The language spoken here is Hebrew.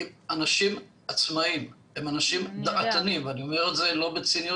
הם אנשים דעתניים ואני אומר את זה לא בציניות.